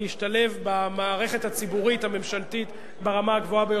להשתלב במערכת הציבורית הממשלתית ברמה הגבוהה ביותר.